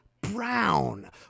Brown